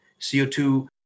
CO2